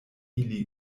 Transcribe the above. ili